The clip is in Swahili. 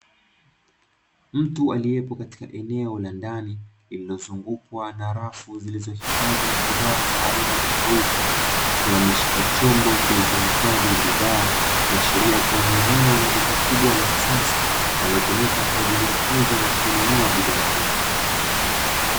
Mtu aliyepo katika eneo la ndani lililozungukwa na rafu zilizohifadhi bidhaa za aina tofauti, akiwa ameshika chombo kilichohifadhi bidhaa. Ikiashiria kuwa ni eneo la duka kubwa la kisasa linalotumika kwa ajili ya kuuza na kununua bidhaa hizo.